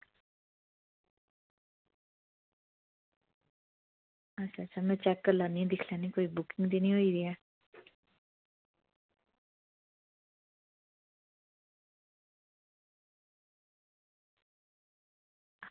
अच्छा अच्छा में चैक करी लैनी आं कोई बुकिंग ते नना होई दी ऐ